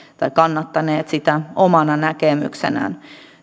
tai kannattaneet sitä omana näkemyksenään